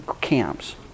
camps